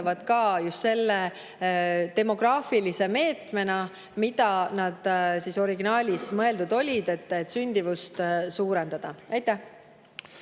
just selle demograafilise meetmena, milleks need originaalis mõeldud olid: et sündimust suurendada. Vadim